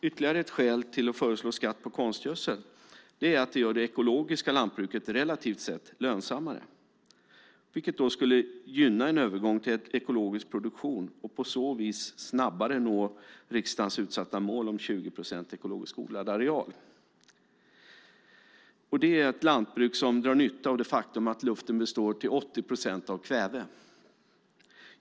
Ytterligare ett skäl till att föreslå skatt på konstgödsel är att det gör det ekologiska lantbruket relativt sett lönsammare, vilket skulle gynna en övergång till ekologisk produktion och att man på så vis snabbare når riksdagens uppsatta mål om 20 procent ekologiskt odlad areal. Det är ett lantbruk som drar nytta av det faktum att luften till 80 procent består av kväve.